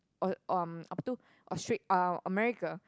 orh um apa itu Austra~ uh America